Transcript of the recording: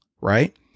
Right